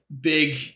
big